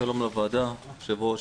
שלום לוועדה, ליושב-ראש.